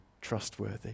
trustworthy